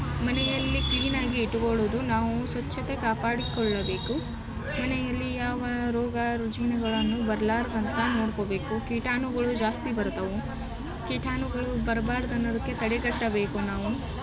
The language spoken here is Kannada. ಮನೆಯಲ್ಲಿ ಕ್ಲೀನಾಗಿ ಇಟ್ಕೊಳ್ಳೋದು ನಾವು ಸ್ವಚ್ಛತೆ ಕಾಪಾಡಿಕೊಳ್ಳಬೇಕು ಮನೆಯಲ್ಲಿ ಯಾವ ರೋಗ ರುಜಿನಗಳನ್ನು ಬರ್ಲಾರ್ದಂಗೆ ನೋಡ್ಕೊಬೇಕು ಕೀಟಾಣುಗಳು ಜಾಸ್ತಿ ಬರ್ತಾವೆ ಕೀಟಾಣುಗಳು ಬರ್ಬಾದು ಅನ್ನೋದಕ್ಕೆ ತಡೆಗಟ್ಟಬೇಕು ನಾವು